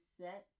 set